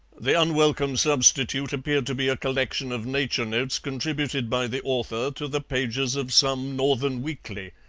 the unwelcome substitute appeared to be a collection of nature notes contributed by the author to the pages of some northern weekly,